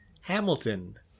Hamilton